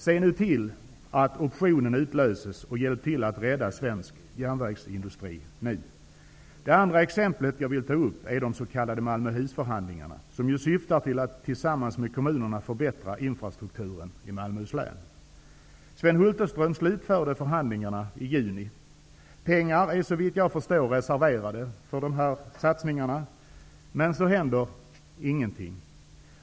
Se nu till att optionen utlöses, och hjälp till att rädda svensk järnvägsindustri! Det andra exempel jag vill ta upp är de s.k. Malmöhusförhandlingarna, som ju syftar till att staten tillsammans med kommunerna skall förbättra infrastrukturen i Malmöhus län. Sven Hulterström slutförde förhandlingarna i juni. Pengar är såvitt jag förstår reserverade för dessa satsningar. Men det händer ingenting.